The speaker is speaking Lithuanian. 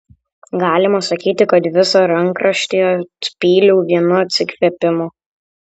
galima sakyti kad visą rankraštį atpyliau vienu atsikvėpimu